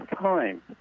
time